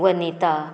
Vanita